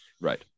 Right